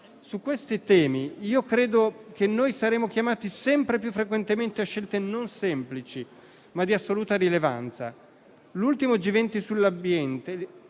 Su questi temi saremo chiamati, sempre più frequentemente, a scelte non semplici, ma di assoluta rilevanza. L'ultimo G20 sull'ambiente,